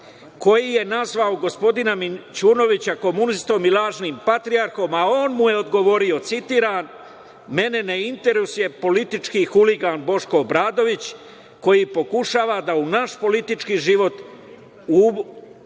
koji je nazvao gospodina Mićunovića, komunistom i lažnim patriotom, a on mu je odgovorio – mene ne interesuje politički huligan Boško Obradović, koji pokušava da u naš politički život uvede